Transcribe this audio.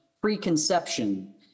preconception